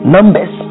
Numbers